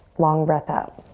long breath out.